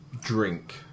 Drink